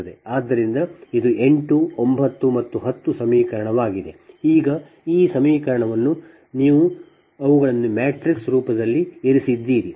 ಆದ್ದರಿಂದ ಇದು 8 9 ಮತ್ತು 10 ಸಮೀಕರಣವಾಗಿದೆ ಈಗ ಈ ಸಮೀಕರಣವನ್ನು ನೀವು ಅವುಗಳನ್ನು ಮ್ಯಾಟ್ರಿಕ್ಸ್ ರೂಪದಲ್ಲಿ ಇರಿಸಿದ್ದೀರಿ